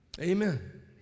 Amen